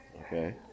Okay